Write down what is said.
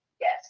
Yes